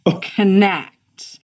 connect